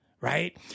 Right